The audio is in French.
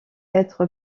être